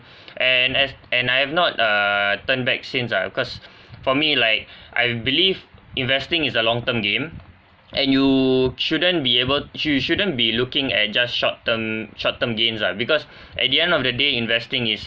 and as and I have not err turn back since uh because for me like I believe investing is a long term game and you shouldn't be able you shouldn't be looking at just short term short term gains lah because at the end of the day investing is